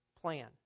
plan